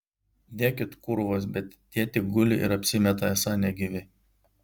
dekit kūrvos bet tie tik guli ir apsimeta esą negyvi